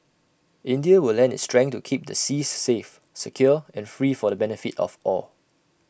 India will lend its strength to keep the seas safe secure and free for the benefit of all